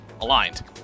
aligned